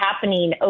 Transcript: happening